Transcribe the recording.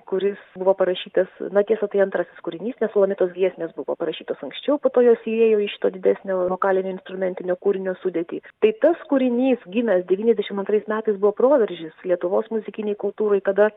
kuris buvo parašytas na tiesa tai antrasis kūrinys nes sulamitos giesmės buvo parašytos anksčiau po tos įėjo į šito didesnio vokalinio instrumentinio kūrinio sudėtį tai tas kūrinys gimęs devyniasdešimt antrais metais buvo proveržis lietuvos muzikinei kultūrai kada